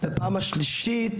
ובהיבט השלישי,